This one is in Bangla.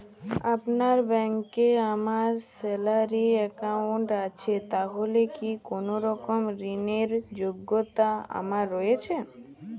আপনার ব্যাংকে আমার স্যালারি অ্যাকাউন্ট আছে তাহলে কি কোনরকম ঋণ র যোগ্যতা আমার রয়েছে?